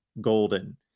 golden